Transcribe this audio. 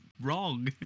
wrong